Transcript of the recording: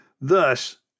Thus